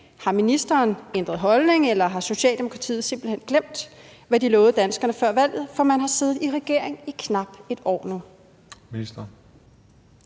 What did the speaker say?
Har ministeren ændret holdning, eller har Socialdemokratiet simpelt hen glemt, hvad de lovede danskerne før valget? For man har siddet i regering i knap et år nu.